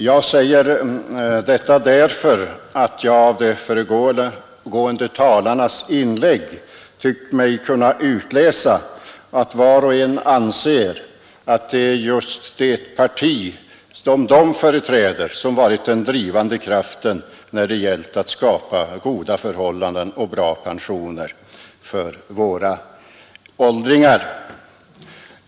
Jag säger detta därför att jag av de föregående talarnas inlägg tyckt mig kunna utläsa att var och en anser att det är just det parti han företräder som varit den drivande kraften när det gällt att skapa goda förhållanden och bra pensioner för våra åldringar.